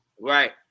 right